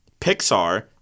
Pixar